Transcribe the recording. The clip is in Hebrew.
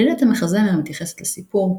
עלילת המחזמר מתייחסת לסיפור,